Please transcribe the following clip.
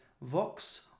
Vox